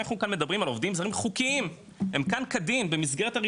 אנחנו מדברים כאן מדברים על עובדים זרים חוקיים,